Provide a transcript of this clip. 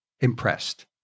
impressed